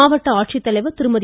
மாவட்ட ஆட்சித்தலைவர் திருமதி